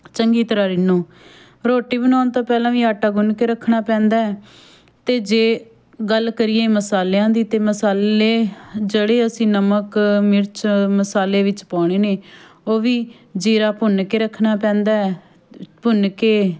ਚੰਗੀ ਤਰ੍ਹਾਂ ਰਿੰਨੋ ਰੋਟੀ ਬਣਾਉਣ ਤੋਂ ਪਹਿਲਾਂ ਵੀ ਆਟਾ ਗੁੰਨ ਕੇ ਰੱਖਣਾ ਪੈਂਦਾ ਅਤੇ ਜੇ ਗੱਲ ਕਰੀਏ ਮਸਾਲਿਆਂ ਦੀ ਅਤੇ ਮਸਾਲੇ ਜਿਹੜੇ ਅਸੀਂ ਨਮਕ ਮਿਰਚ ਮਸਾਲੇ ਵਿੱਚ ਪਾਉਣੇ ਨੇ ਉਹ ਵੀ ਜੀਰਾ ਭੁੰਨ ਕੇ ਰੱਖਣਾ ਪੈਂਦਾ ਭੁੰਨ ਕੇ